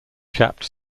chapped